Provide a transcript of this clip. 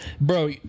Bro